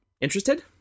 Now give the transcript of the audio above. Interested